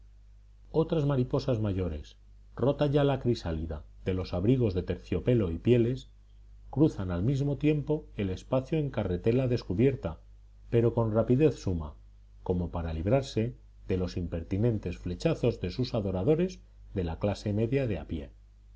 otras mariposas mayores rota ya la crisálida de los abrigos de terciopelo y pieles cruzan al mismo tiempo el espacio en carretela descubierta pero con rapidez suma como para librarse de los impertinentes flechazos de sus adoradores de la clase media de a pie